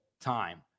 Time